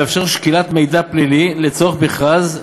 המאפשר שקילת מידע פלילי לצורך מכרז,